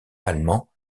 allemand